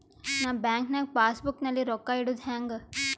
ನಾ ಬ್ಯಾಂಕ್ ನಾಗ passbook ನಲ್ಲಿ ರೊಕ್ಕ ಇಡುದು ಹ್ಯಾಂಗ್?